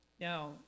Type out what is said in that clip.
Now